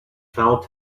felt